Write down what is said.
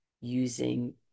using